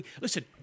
Listen